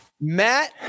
Matt